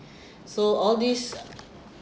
so all these uh